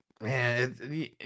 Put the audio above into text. man